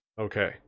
Okay